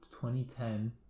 2010